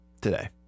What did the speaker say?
today